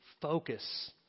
focus